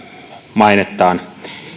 mainettaan